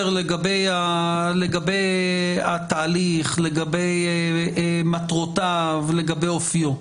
לגבי התהליך, לגבי מטרותיו, לגבי אופיו.